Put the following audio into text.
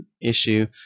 issue